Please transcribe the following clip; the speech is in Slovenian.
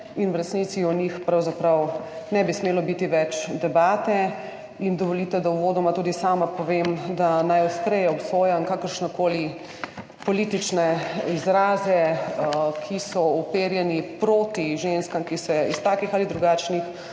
in v resnici o njih pravzaprav ne bi smelo biti več debate in dovolite, da uvodoma tudi sama povem, da najostreje obsojam kakršnekoli politične izraze, ki so uperjeni proti ženskam, ki se iz takih ali drugačnih